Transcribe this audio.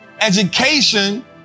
Education